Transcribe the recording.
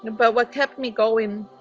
and but what kept me going?